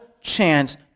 chance